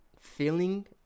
feeling